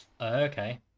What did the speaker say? okay